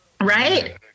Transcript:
Right